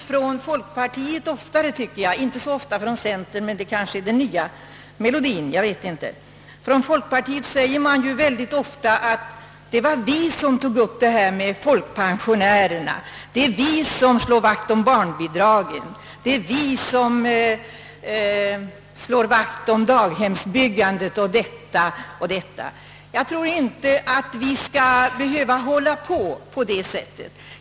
Från folkpartihåll tillämpas ofta den taktiken — inte så ofta från centerpartihåll, men det kanske är den nya melodien även där — att man säger »det var vi som först tog upp frågan om folkpensionerna; det är vi som slår vakt om barnbidragen, daghemsbyggandet och annat».